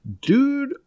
Dude